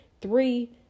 Three